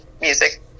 music